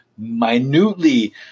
Minutely